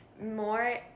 more